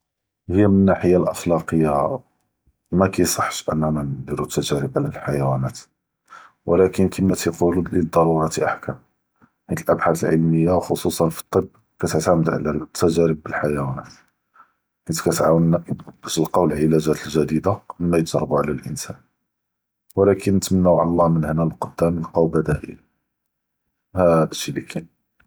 היא מן אלנאהיה אלאخلוקיה מא קאיصحש אננא נדירו אלתג’ריב עלא אלח’יואןין, אבל כימה תייקולו ב אלצרורה אח’קאם חית אלאח’ת’اث אלעילמיה ח’צוצא פלטב כאתעד’ד עלא אלתג’ריב דיאל אלח’יואןין, חית כאתעאונא באש נקאו אלעלאגאת אלחדיה קבל מא יתג’רבו עלא לאנסאן, אבל נתמנהו מן אללה מן הונה ללקדאם ילקאוו בדאיל, האד אלשי לי כא.